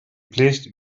placed